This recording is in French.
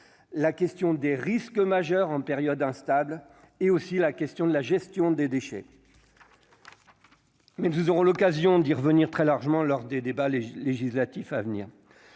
la question des risques majeurs en période instable et aussi la question de la gestion des déchets. Mais nous aurons l'occasion d'y revenir très largement lors des débats, les législatifs à venir